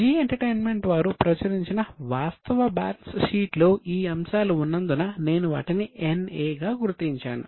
G entertainment వారు ప్రచురించిన వాస్తవ బ్యాలెన్స్ షీట్లో ఈ అంశాలు ఉన్నందున నేను వాటిని NA గా గుర్తించాను